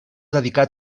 dedicar